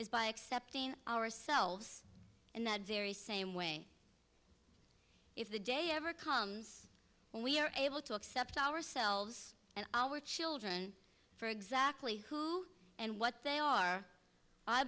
is by accepting ourselves in that very same way if the day ever comes when we are able to accept ourselves and our children for exactly who and what they are i